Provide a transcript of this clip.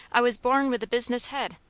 i was born with a business head.